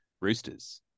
Roosters